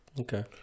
Okay